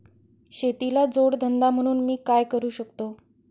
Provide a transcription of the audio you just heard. शेतीला जोड धंदा म्हणून मी काय करु शकतो?